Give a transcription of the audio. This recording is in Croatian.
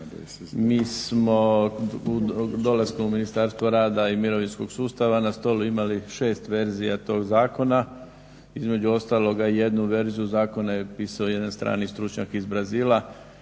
Mi smo dolaskom u Ministarstvo rada i mirovinskog sustava na stolu imali 6 verzija tog zakona. Između ostalog jednu verziju zakona je pisao jedan strani stručnjak iz Brazila